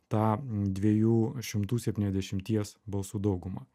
tą dviejų šimtų septyniasdešimies balsų daugumą